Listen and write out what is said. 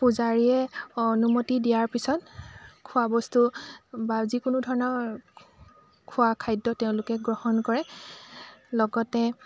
পূজাৰীয়ে অনুমতি দিয়াৰ পিছত খোৱা বস্তু বা যিকোনো ধৰণৰ খোৱা খাদ্য তেওঁলোকে গ্ৰহণ কৰে লগতে